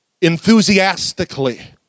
enthusiastically